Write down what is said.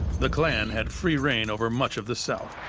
the klan had free rein over much of the south.